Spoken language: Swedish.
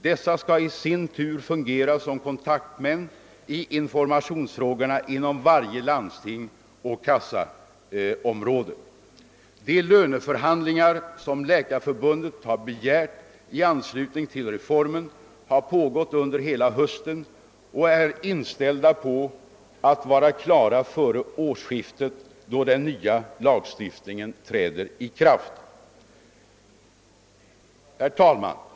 Dessa skall i sin tur fungera som kontaktmän i informationsfrågorna inom varje landsting och kassaområde. De löneförhandlingar som Läkarförbundet har begärt i anslutning till reformen har pågått under hela hösten och man är inställd på att de skall vara klara före årsskiftet då den nya lagstiftningen träder i kraft.